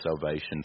salvation